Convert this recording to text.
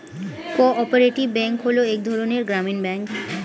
co operative bank হলো এক ধরনের গ্রামীণ ব্যাঙ্ক